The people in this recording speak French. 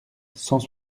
cent